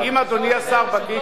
עזוב,